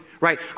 right